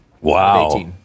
Wow